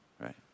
right